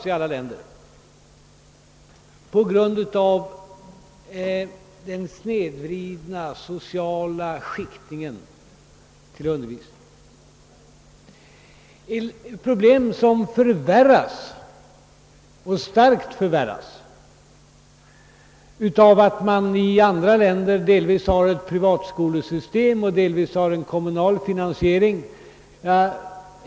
I alla länder har den snedvridna sociala skiktningen i undervisningen skapat oerhörda problem. Problemen förvärras starkt av att man i andra länder delvis har ett privatskolesystem och delvis har en kommunalt finansierad skola.